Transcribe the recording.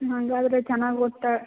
ಹಂಗಾದರೆ ಚೆನ್ನಾಗಿ ಓದ್ತಾಳೆ